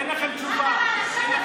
דמוקרטיה?